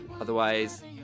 Otherwise